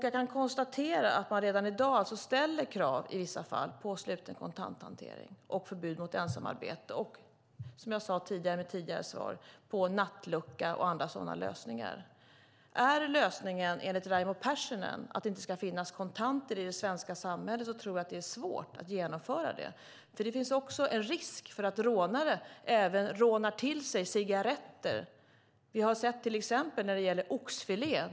Jag kan konstatera att man redan i dag i vissa fall ställer krav på sluten kontanthantering och fattar beslut om förbud mot ensamarbete och, som jag sade i mitt tidigare svar, nattlucka och sådana lösningar. Är enligt Raimo Pärssinen lösningen att det inte ska finnas kontanter i det svenska samhället tror jag att det är svårt att genomföra det. Det finns också en risk att rånare tar cigaretter. Vi har sett exempel där det har gällt oxfilé.